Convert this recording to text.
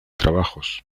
trabajos